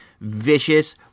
vicious